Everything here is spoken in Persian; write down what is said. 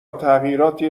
تغییراتی